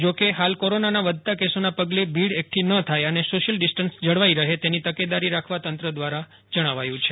જોકે હાલ કોરોનાના વધતા કેસોના પગલે ભીડ એકઠી ન થાય અને સોશિયલ ડીસ્ટંન્સ જળવાઈ રહે તેની તકેદારી રાખવા તંત્ર દ્વારા જણાવાયું છે